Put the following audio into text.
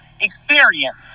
experience